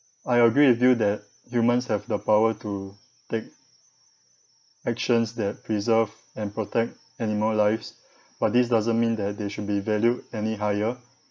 I agree with you that humans have the power to take actions that preserve and protect animal lives but this doesn't mean that they should be valued any higher